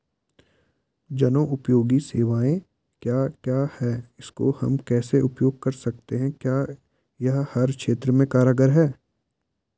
जनोपयोगी सेवाएं क्या क्या हैं इसको हम कैसे उपयोग कर सकते हैं क्या यह हर क्षेत्र में कारगर है?